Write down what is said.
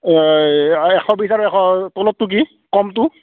অঁ এই এশ বিছ আৰু এশ তলৰটো কি কমটো